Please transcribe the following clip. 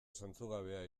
zentzugabea